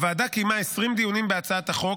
הוועדה קיימה 20 דיונים בהצעת החוק,